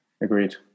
Agreed